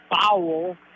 foul